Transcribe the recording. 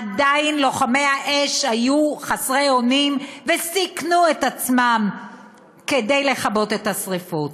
עדיין לוחמי האש היו חסרי אונים וסיכנו את עצמם כדי לכבות את השרפות?